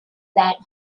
that